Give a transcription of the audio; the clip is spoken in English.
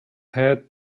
head